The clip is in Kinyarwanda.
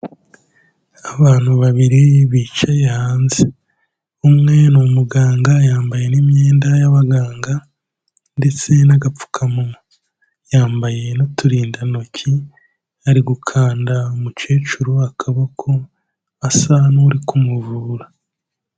Abantu babiri bicaye hanze, umwe ni umuganga yambaye n'imyenda y'abaganga ndetse n'agapfukamunwa, yambaye n'uturindantoki ari gukanda umukecuru akaboko asa nuri kumuvura.